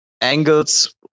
angles